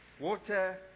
water